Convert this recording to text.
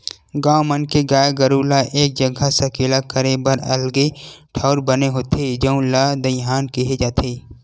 गाँव मन के गाय गरू ल एक जघा सकेला करे बर अलगे ठउर बने होथे जउन ल दईहान केहे जाथे